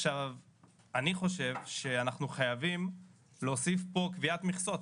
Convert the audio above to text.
אני חושב שאנחנו חייבים להוסיף פה קביעת מכסות.